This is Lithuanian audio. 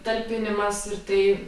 talpinimas ir tai